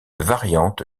variante